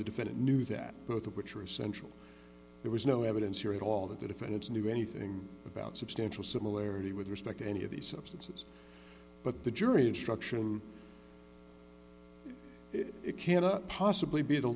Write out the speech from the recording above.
the defendant knew that both of which are essential there was no evidence here at all that the defendants knew anything about substantial similarity with respect to any of these substances but the jury instruction it can't possibly be the